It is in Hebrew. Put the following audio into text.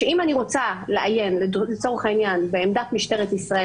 שאם אני רוצה לעיין לצורך העניין בעמדת משטרת ישראל,